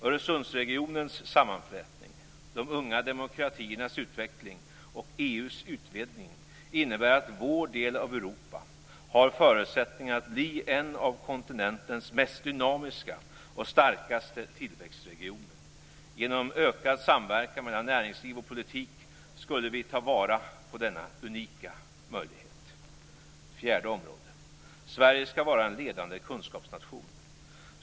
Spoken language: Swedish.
Öresundsregionens sammanflätning, de unga demokratiernas utveckling och EU:s utvidgning innebär att vår del av Europa har förutsättningar att bli en av kontinentens mest dynamiska och starkaste tillväxtregioner. Genom ökad samverkan mellan näringsliv och politik skall vi ta vara på denna unika möjlighet. · Sverige skall vara en ledande kunskapsnation.